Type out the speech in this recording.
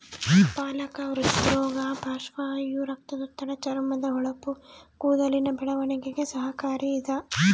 ಪಾಲಕ ಹೃದ್ರೋಗ ಪಾರ್ಶ್ವವಾಯು ರಕ್ತದೊತ್ತಡ ಚರ್ಮದ ಹೊಳಪು ಕೂದಲಿನ ಬೆಳವಣಿಗೆಗೆ ಸಹಕಾರಿ ಇದ